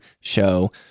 show